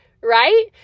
right